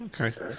Okay